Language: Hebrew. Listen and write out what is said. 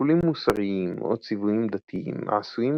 שיקולים מוסריים או ציוויים דתיים עשויים